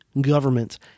government